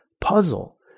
puzzle